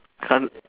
some